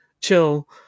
chill